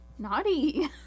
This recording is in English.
Naughty